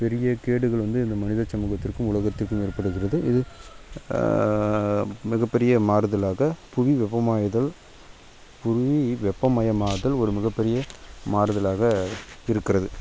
பெரிய கேடுகள் வந்து இந்த மனிதச் சமூகத்திற்கும் உலகத்திற்கும் ஏற்படுகிறது இது மிகப் பெரிய மாறுதலாக புவி வெப்பமாயுதல் புவி வெப்பமயமாதல் ஒரு மிகப் பெரிய மாறுதலாக இருக்கிறது